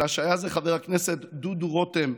אלא שהיה זה חבר הכנסת דודו רותם,